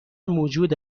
موجود